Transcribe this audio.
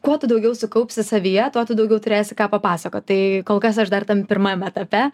kuo tu daugiau sukaupsi savyje tuo tu daugiau turėsi ką papasakot tai kol kas aš dar tam pirmam etape